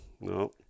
no